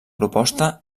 proposta